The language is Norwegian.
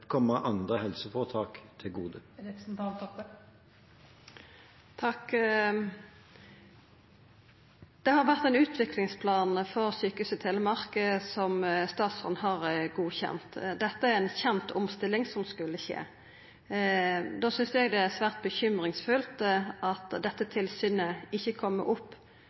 komme andre helseforetak til gode. Det har vore ein utviklingsplan for Sykehuset Telemark som statsråden har godkjent. Det er ei kjend omstilling som skulle skje. Då synest eg det er svært urovekkjande at dette tilsynet ikkje har kome opp